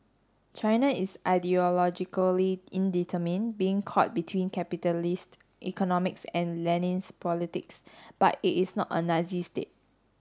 China is ideologically indeterminate being caught between capitalist economics and Leninist politics but it is not a Nazi state